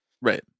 right